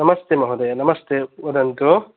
नमस्ते महोदय नमस्ते वदन्तु